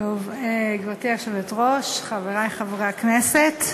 קצבת אזרח ותיק),